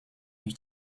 you